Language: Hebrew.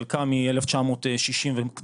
חלקה מ- 1960 ומשהו,